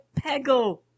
Peggle